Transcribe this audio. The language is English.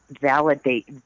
validate